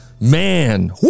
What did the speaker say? Man